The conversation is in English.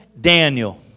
Daniel